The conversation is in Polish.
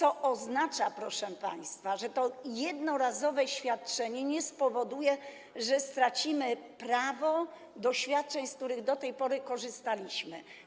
To oznacza, proszę państwa, że to jednorazowe świadczenie nie spowoduje, że stracimy prawo do świadczeń, z których do tej pory korzystaliśmy.